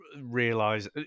realize